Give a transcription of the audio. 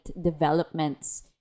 developments